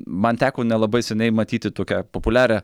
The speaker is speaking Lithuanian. man teko nelabai seniai matyti tokią populiarią